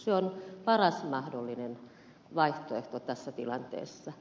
se on paras mahdollinen vaihtoehto tässä tilanteessa